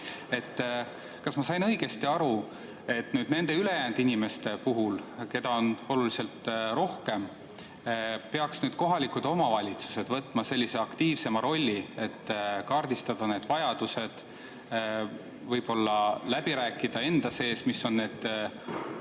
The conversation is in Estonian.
Kas ma sain õigesti aru, et nende ülejäänud inimeste puhul, keda on oluliselt rohkem, peaksid nüüd kohalikud omavalitsused võtma aktiivsema rolli, et kaardistada need vajadused, võib-olla läbi rääkida enda sees, mis on need